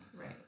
Right